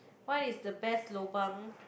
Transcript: what is the best lobang